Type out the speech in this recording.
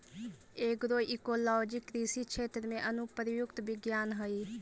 agroecology कृषि क्षेत्र में अनुप्रयुक्त विज्ञान हइ